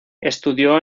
estudió